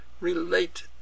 Relate